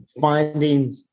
finding